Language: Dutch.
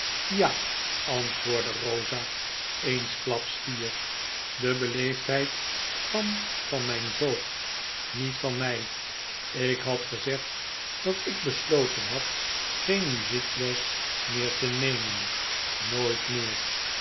ja antwoordde rosa eensklaps tier de beleefdheid kwam van mijn voogd niet van my ik had gezegd dat ik besloten had geen muziekles meer te nemen nooit meer